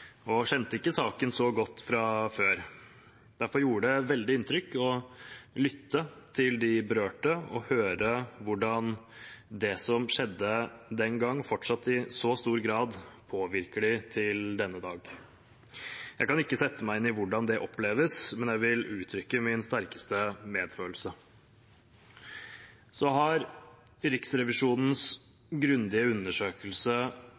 og kjente ikke saken så godt fra før. Derfor gjorde det veldig inntrykk å lytte til de berørte og høre hvordan det som skjedde den gang, i så stor grad fortsatt påvirker dem, til denne dag. Jeg kan ikke sette meg inn i hvordan det oppleves, men jeg vil uttrykke min sterkeste medfølelse. Riksrevisjonens grundige undersøkelse har